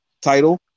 title